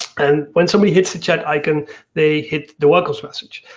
and when somebody hits the chat icon they hit the welcome message.